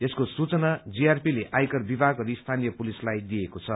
यसको सूचना जीआरपीले आयकर विभाग अनि स्थानीय पुलिसलाई दिइएको छ